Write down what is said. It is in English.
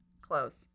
Close